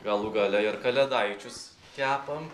galų gale ir kalėdaičius kepam